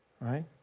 right